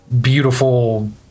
beautiful